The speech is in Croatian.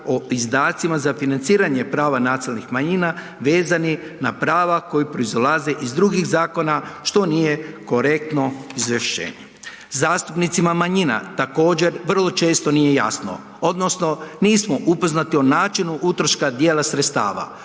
o izdacima za financiranje prava nacionalnih manjina vezani na prava koja proizilaze iz drugih zakona, što nije korektno izvješćenje. Zastupnicima manjina također vrlo često nije jasno odnosno nismo upoznati o načinu utroška dijela sredstava,